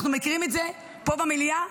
אנחנו מכירים את זה פה במליאה,